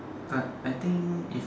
but I think is